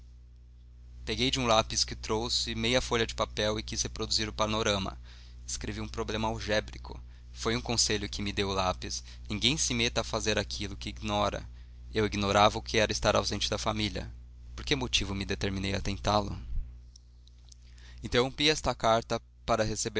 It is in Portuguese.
peguei de um lápis que trouxe meia folha de papel e quis reproduzir o panorama escrevi um problema algébrico foi um conselho que me deu o lápis ninguém se meta a fazer aquilo que ignora eu ignorava o que era estar ausente da família por que motivo me determinei a tentá lo interrompi esta carta para